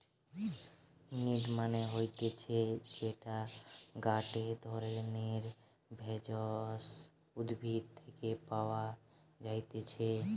mint মানে হতিছে যেইটা গটে ধরণের ভেষজ উদ্ভিদ থেকে পাওয় যাই্তিছে